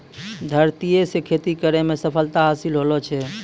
धरतीये से खेती करै मे सफलता हासिल होलो छै